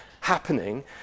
happening